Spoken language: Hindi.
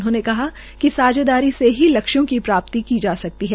उन्होंने कहा कि सांझेदारी से ही लक्ष्यों की प्राप्ति की जा सकती है